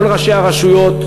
כל ראשי הרשויות,